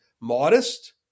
modest